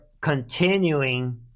continuing